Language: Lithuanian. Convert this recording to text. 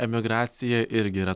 emigracija irgi yra